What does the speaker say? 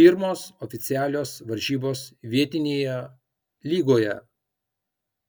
pirmos oficialios varžybos vietinėje lygoje